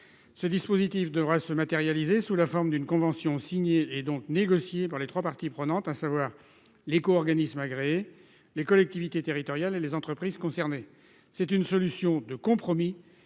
Ce dispositif se matérialiserait sous la forme d'une convention signée et donc négociée par les trois parties prenantes, à savoir l'éco-organisme agréé, les collectivités territoriales et les entreprises concernées. C'est une solution de compromis